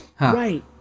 right